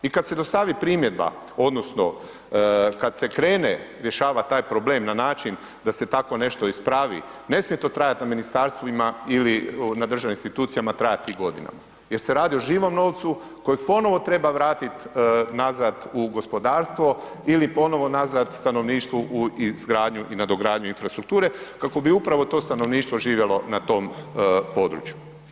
I kada se dostavi primjedba, odnosno kada se krene rješavati taj problem na način da se tako nešto ispravi, ne smije to trajati na ministarstvima ili na državnim institucijama trajati godinama jer se radi o živom novcu kojeg ponovno treba vratiti nazad u gospodarstvo ili ponovno nazad stanovništvu u izgradnju i nadogradnju infrastrukture kako bi upravo to stanovništvo živjelo na tom području.